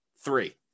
three